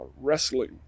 wrestling